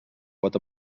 pot